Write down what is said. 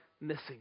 missing